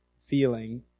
feeling